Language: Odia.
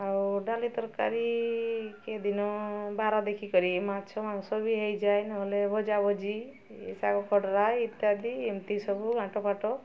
ଆଉ ଡାଲି ତରକାରୀ କେଉଁଦିନ ବାର ଦେଖିକରି ମାଛ ମାଂସ ବି ହେଇଯାଏ ନହେଲେ ଭଜା ଭଜି ଶାଗ ଖରଡ଼ା ଇତ୍ୟାଦି ଏମିତି ସବୁ ଘାଣ୍ଟ ଫାଟ